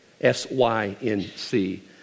S-Y-N-C